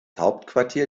hauptquartier